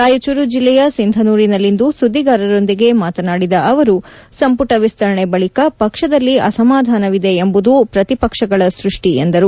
ರಾಯಚೂರು ಜಿಲ್ಲೆಯ ಸಿಂಧನೂರಿನಲ್ಲಿಂದು ಸುದ್ದಿಗಾರರೊಂದಿಗೆ ಮಾತನಾಡಿದ ಅವರು ಸಂಪುಟ ವಿಸ್ತರಣೆ ಬಳಿಕ ಪಕ್ಷದಲ್ಲಿ ಅಸಮಾಧಾನವಿದೆ ಎಂಬುದು ಪ್ರತಿಪಕ್ಷಗಳ ಸೃಷ್ಟಿ ಎಂದರು